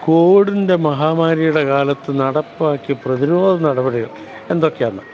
കൊവിഡിന്റെ മഹാമാരിയുടെ കാലത്ത് നടപ്പാക്കിയ പ്രതിരോധ നടപടികള് എന്തൊക്കെയാണെന്ന്